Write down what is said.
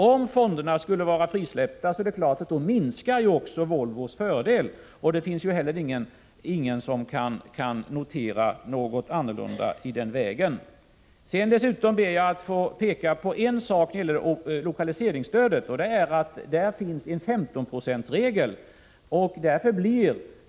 Om fonderna skulle vara frisläppta minskar naturligtvis också Volvos fördel — någon annan slutsats kan ingen dra av detta. När det gäller lokaliseringsstödet vill jag dessutom peka på att det där finns en 15-procentsregel.